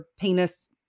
penis